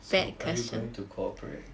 so are you going to cooperate